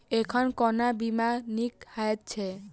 एखन कोना बीमा नीक हएत छै?